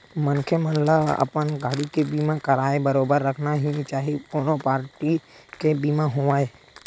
मनखे मन ल अपन गाड़ी के बीमा कराके बरोबर रखना ही चाही कोनो पारटी के बीमा होवय